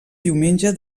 diumenge